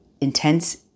intense